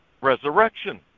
resurrection